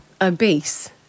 obese